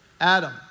Adam